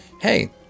hey